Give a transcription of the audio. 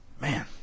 man